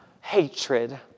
hatred